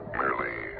merely